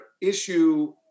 issue